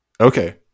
okay